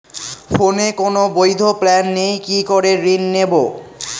ফোনে কোন বৈধ প্ল্যান নেই কি করে ঋণ নেব?